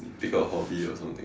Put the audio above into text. pick up hobby or something